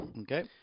Okay